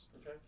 Okay